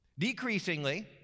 decreasingly